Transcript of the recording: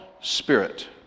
Spirit